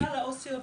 עו"סיות בשניידר,